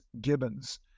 Gibbons